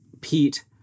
Pete